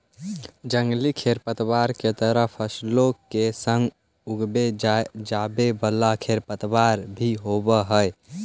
जंगली खेरपतवार के तरह फसलों के संग उगवे जावे वाला खेरपतवार भी होवे हई